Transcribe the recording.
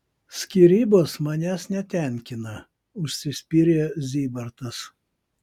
skyrybos manęs netenkina užsispyrė zybartas